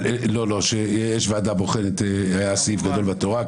לא, שיש ועדה בוחנת, היה סעיף גדול בתורה.